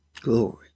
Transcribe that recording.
Glory